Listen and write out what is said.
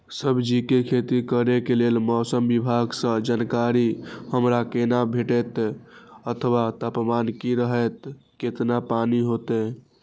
सब्जीके खेती करे के लेल मौसम विभाग सँ जानकारी हमरा केना भेटैत अथवा तापमान की रहैत केतना पानी होयत?